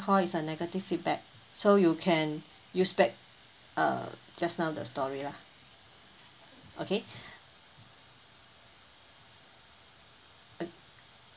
call is a negative feedback so you can use back err just now the story lah okay